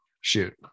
shoot